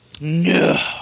No